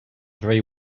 very